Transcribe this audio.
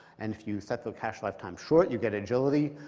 and if you set the cache lifetime short, you get agility.